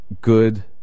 good